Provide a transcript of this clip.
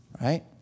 right